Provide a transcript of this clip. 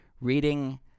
reading